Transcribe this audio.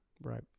Right